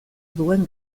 duen